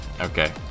okay